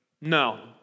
No